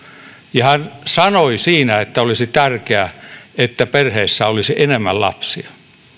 ja hän sanoi siinä että olisi tärkeää että perheissä olisi enemmän lapsia